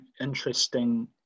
interesting